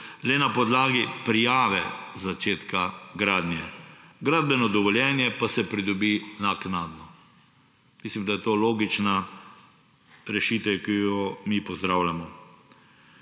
le na podlagi prijave začetka gradnje, gradbeno dovoljenje pa se pridobi naknadno. Mislim, da je to logična rešitev, ki jo pozdravljamo.